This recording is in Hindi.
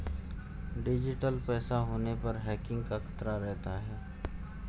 डिजिटल पैसा होने पर हैकिंग का खतरा रहता है